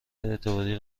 اعتباری